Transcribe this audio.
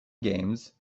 games